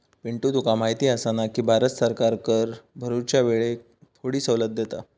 पिंटू तुका माहिती आसा ना, की भारत सरकार कर भरूच्या येळेक थोडी सवलत देता